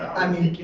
i mean,